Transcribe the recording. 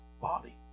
body